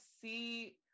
see